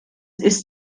ist